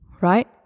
right